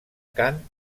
cant